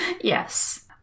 Yes